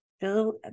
Bill